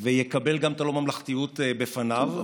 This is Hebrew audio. ויקבל גם את הלא-ממלכתיות בפניו.